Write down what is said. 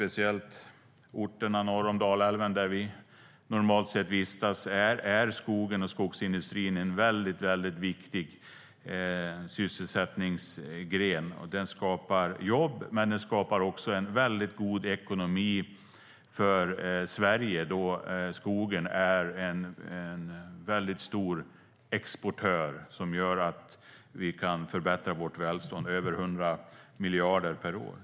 Det gäller speciellt orterna norr om Dalälven där vi normalt sett vistas; där är skogen och skogsindustrin en viktig sysselsättningsgren. Den skapar jobb, men den skapar också en god ekonomi för Sverige då skogen är en stor exportör som gör att vi kan förbättra vårt välstånd med över 100 miljarder per år.